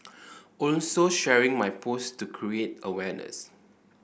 also sharing my post to create awareness